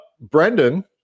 brendan